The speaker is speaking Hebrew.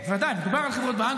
לא, ודאי, מדובר על חברות בע"מ.